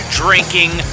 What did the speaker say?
drinking